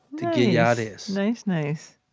to give y'all this, nice, nice